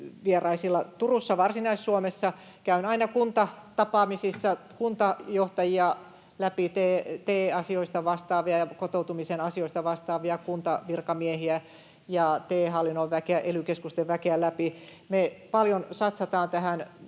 vieraisilla Turussa Varsinais-Suomessa. Käyn aina kuntatapaamisissa läpi kuntajohtajia, te-asioista vastaavia ja kotoutumisen asioista vastaavia kuntavirkamiehiä ja TE-hallinnon väkeä, ely-keskusten väkeä. Me paljon satsataan tähän